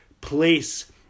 place